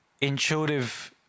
intuitive